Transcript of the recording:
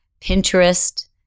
Pinterest